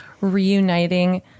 reuniting